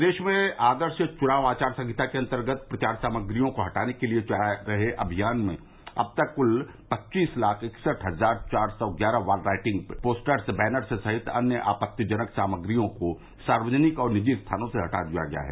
प्रदेश में आदर्श चुनाव आचार संहिता के अंतर्गत प्रचार सामग्रियों को हटाने के लिए चलाये जा रहे अभियान में अब तक कुल पच्चीस लाख इकसठ हजार चार सौ ग्यारह वॉल राइटिंग पोस्टर्स बैनर्स सहित अन्य आपत्तिजनक सामग्रियों को सार्वजनिक और निजी स्थानों से हटा दिया गया है